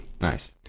Nice